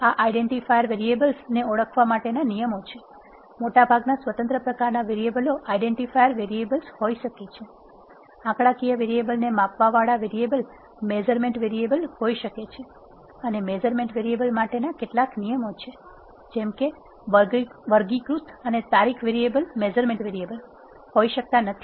આ identifier variables ને ઓળખવા માટેના નિયમો છે મોટાભાગના સ્વતંત્ર પ્રકારનાં વેરીએબલો આઇડેન્ટિફાયર વેરિયેબલ્સ હોઈ શકે છે આંકડાકીય વેરીએબલ ને માપવા વાળા વેરીએબલ મેઝરમેન્ટ વેરીએબલ હોઈ શકે છે અને મેઝરમેન્ટ વેરીએબલ માટેના કેટલાક નિયમો છે જેમ કે વર્ગીકૃત અને તારીખ વેરીએબલ મેઝરમેન્ટ વેરીએબલહોઈ શકતા નથી